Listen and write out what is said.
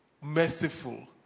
merciful